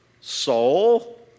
soul